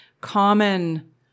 common